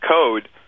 code